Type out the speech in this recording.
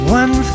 one